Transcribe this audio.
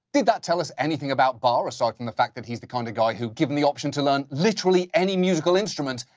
did that tell us anything about barr, aside from the fact that he's the kind of guy who, given the option to learn literally any musical instrument,